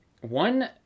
One